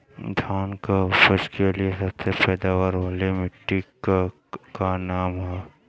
धान की उपज के लिए सबसे पैदावार वाली मिट्टी क का नाम ह?